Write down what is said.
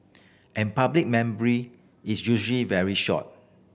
and public memory is usually very short